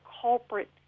culprit